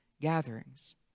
gatherings